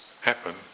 happen